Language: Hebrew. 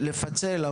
רוצה לפצל,